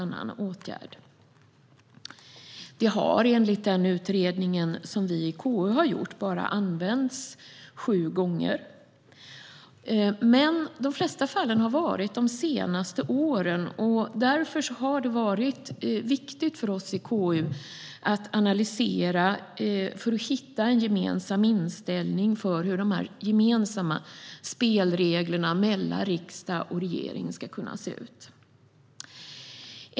Den möjligheten har enligt den utredning vi i KU har gjort bara använts sju gånger. Men de flesta fallen har varit under de senaste åren. Därför har det varit viktigt för oss i KU att analysera det, för att hitta en gemensam inställning till hur spelreglerna mellan riksdag och regering ska se ut.